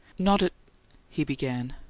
not at he began,